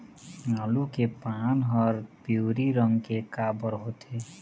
आलू के पान हर पिवरी रंग के काबर होथे?